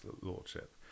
lordship